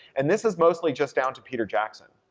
and this is mostly just down to peter jackson,